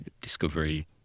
discovery